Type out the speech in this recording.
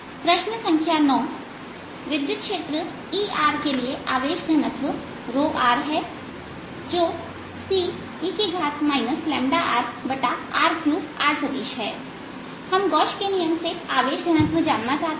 प्रश्न संख्या 9 विद्युत क्षेत्र Erके लिए आवेश घनत्व हैं जो कि ce rr3r सदिश है हम गोस के नियम से आवेश घनत्व जानना चाहते हैं